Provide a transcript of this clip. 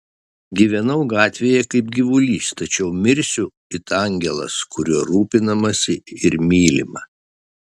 gyvenau gatvėje kaip gyvulys tačiau mirsiu it angelas kuriuo rūpinamasi ir mylima